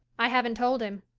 i haven't told him.